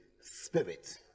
spirit